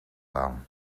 aan